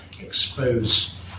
expose